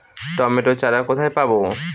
Tomato চারা কোথায় পাবো?